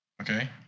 Okay